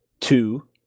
Two